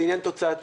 זה עניין תוצאתי,